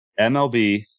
MLB